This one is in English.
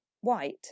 white